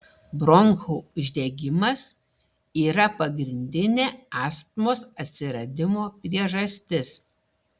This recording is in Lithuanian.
bronchų uždegimas yra pagrindinė astmos atsiradimo priežastis